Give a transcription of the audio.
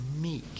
Meek